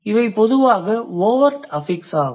இவை பொதுவாக overt affix ஆகும்